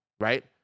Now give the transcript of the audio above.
right